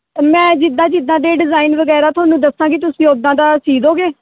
ਮੈਂ ਜਿੱਦਾਂ ਜਿੱਦਾਂ ਦੇ ਡਿਜ਼ਾਇਨ ਵਗੈਰਾ ਤੁਹਾਨੂੰ ਦੱਸਾਂਗੀ ਤੁਸੀਂ ਉਦਾਂ ਦਾ ਸੀਦੋਗੇ